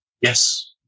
Yes